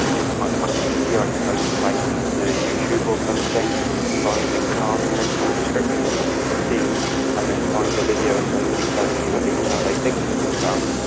it's much, much easier i suppose to type into youtube or something rising card trick or a description of something you've seen and then find a video of somebody telling you at least how they think it was done,